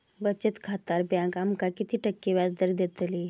बचत खात्यार बँक आमका किती टक्के व्याजदर देतली?